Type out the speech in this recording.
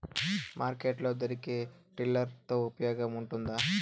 Market లో దొరికే tiller తో ఉపయోగం ఉంటుందా?